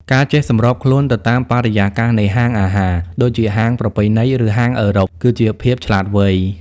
ការចេះសម្របខ្លួនទៅតាមបរិយាកាសនៃហាងអាហារ ដូចជាហាងប្រពៃណី ឬហាងអឺរ៉ុប គឺជាភាពឆ្លាតវៃ។